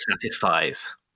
satisfies